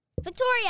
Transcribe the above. Victoria